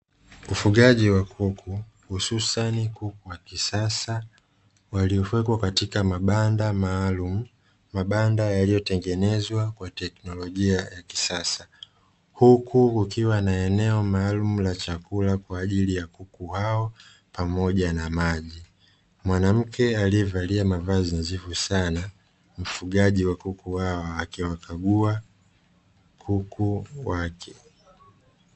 Ufugaji wa kuku hususani kuku wa kisasa waliowekwa katika mabanda maalumu, mabanda yaliyotengenezwa kwa teknolojia ya kisasa, huku kukiwa na eneo maalumu la chakula kwa ajili ya kuku hao pamoja na maji. Mwanamke aliyevalia mavazi nadhifu sana mfugaji wa kuku hawa akiwakagua kuku wake.